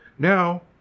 Now